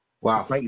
Wow